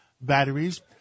batteries